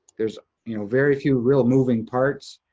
there's you know very few real moving parts.